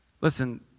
Listen